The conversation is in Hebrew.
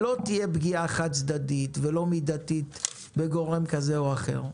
לא תהיה פגיעה חד-צדדית ולא מידתית בגורם כזה או אחר.